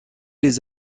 les